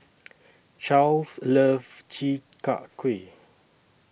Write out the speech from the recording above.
Charls loves Chi Kak Kuih